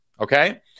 okay